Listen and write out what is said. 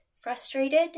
frustrated